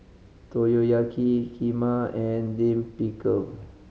Motoyaki Kheema and Lime Pickle